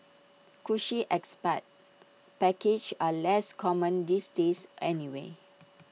cushy expat packages are less common these days anyway